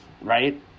right